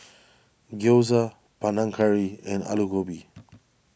Gyoza Panang Curry and Alu Gobi